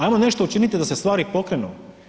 Ajmo nešto učiniti da se stvari pokrenu.